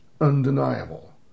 undeniable